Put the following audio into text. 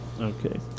Okay